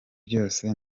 byose